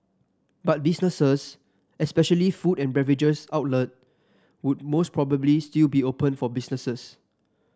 but businesses especially food and beverages outlet would most probably still be open for businesses